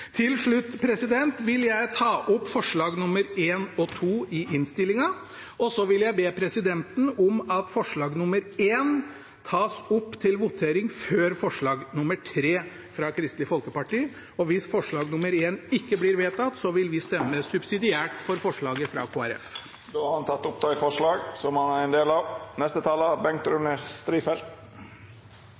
Til slutt vil jeg ta opp forslagene nr. 1, 2 og 4 i innstillingen, og så vil jeg be presidenten om at forslag nr. 1 tas opp til votering før forslag nr. 3, fra Kristelig Folkeparti. Hvis forslag nr. 1 ikke blir vedtatt, vil vi stemme subsidiært for forslaget fra Kristelig Folkeparti. Representanten Sverre Myrli har teke opp dei forslaga han refererte til. Det er